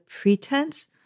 pretense